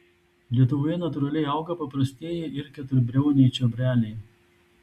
lietuvoje natūraliai auga paprastieji ir keturbriauniai čiobreliai